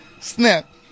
snap